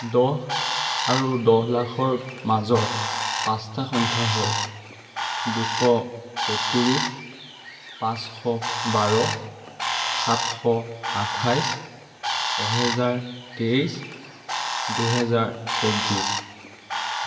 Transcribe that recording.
দহ আৰু দহ লাখৰ মাজৰ পাঁচতা সংখ্যা হ'ল দুশ তেত্ৰিছ পাঁচশ বাৰ সাতশ আঠাইছ এহেজাৰ তেইছ দুহেজাৰ চৌব্বিছ